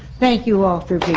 thank you all for